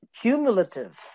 Cumulative